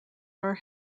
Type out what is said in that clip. are